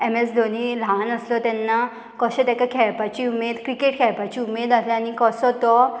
M S Dhoni ल्हान आसलो तेन्ना कशें ताका खेळपाची उमेद क्रिकेट खेळपाची उमेद आसली आनी कसो तो